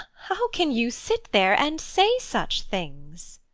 how can you sit there and say such things?